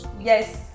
Yes